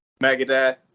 megadeth